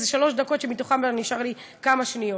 זה שלוש דקות, שמתוכן כבר נשאר לי כמה שניות.